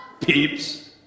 Peeps